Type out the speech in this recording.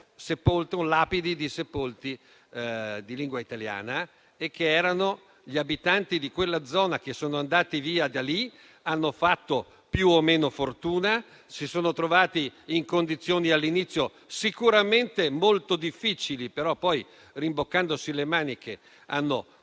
con lapidi di sepolti di lingua italiana, che erano gli abitanti di quella zona che sono andati via da lì, hanno fatto più o meno fortuna, si sono trovati in condizioni all'inizio sicuramente molto difficili, però poi, rimboccandosi le maniche, hanno contribuito